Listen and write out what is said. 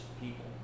people